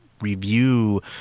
review